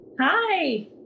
Hi